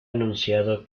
anunciado